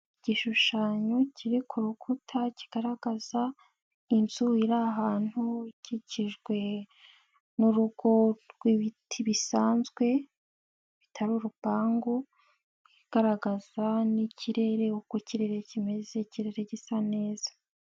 Igishushanyo kiri ku rukuta kigaragaza inzu iri ahantu ikikijwe n'urugo rw'ibiti bisanzwe, bitari urupangu, igaragaza n'ikirere, uko ikirere kimeze, ikirere gisa neza.